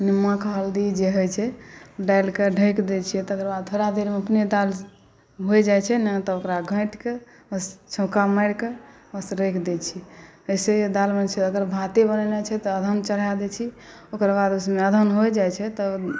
निमक हल्दी जे होइ छै डालिकऽ ढकि दै छिए तकर बाद थोड़ा देरमे अपने दालि होइ जाइ छै ने तऽ ओकरा घोँटिकऽ बस छौँका मारिकऽ बस रखि दै छिए अइसे ही दालि बनै छै अगर भाते बनेनाइ छै तऽ अदहन चढ़ा दै छी ओकर बाद उसमे अदहन हो जाइ छै तब